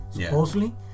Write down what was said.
supposedly